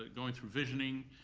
going through visioning,